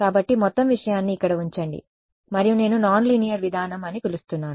కాబట్టి మొత్తం విషయాన్ని ఇక్కడ ఉంచండి మరియు నేను నాన్ లీనియర్ విధానం అని పిలుస్తున్నాను